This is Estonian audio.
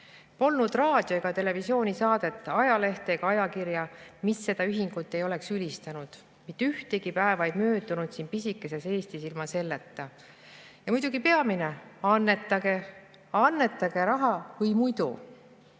Polnud raadio‑ ega televisioonisaadet, ajalehte ega ajakirja, mis seda ühingut ei oleks ülistanud, mitte ühtegi päeva ei möödunud siin pisikeses Eestis ilma selleta. Ja muidugi peamine: annetage, annetage raha või muidu